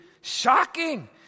shocking